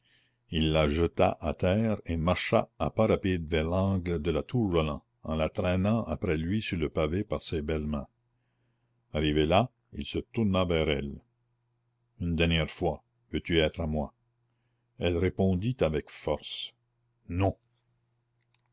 il la jeta à terre et marcha à pas rapides vers l'angle de la tour roland en la traînant après lui sur le pavé par ses belles mains arrivé là il se tourna vers elle une dernière fois veux-tu être à moi elle répondit avec force non